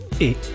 et